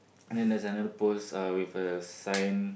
then there's another post uh with a sign